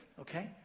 okay